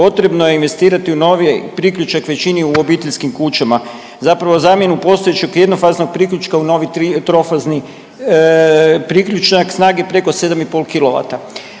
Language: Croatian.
potrebno je investirati u novi priključak u većini u obiteljskim kućama, zapravo zamjenu postojećeg jednofaznog priključka u novi trofazni priključak snage preko 7 i